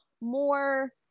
more